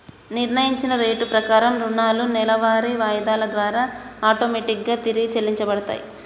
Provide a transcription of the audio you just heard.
నిర్ణయించిన రేటు ప్రకారం రుణాలు నెలవారీ వాయిదాల ద్వారా ఆటోమేటిక్ గా తిరిగి చెల్లించబడతయ్